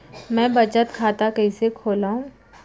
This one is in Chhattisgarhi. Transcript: मै बचत खाता कईसे खोलव?